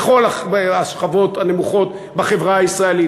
בכל השכבות הנמוכות בחברה הישראלית,